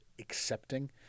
accepting